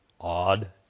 odd